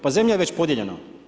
Pa zemlja je već podijeljena.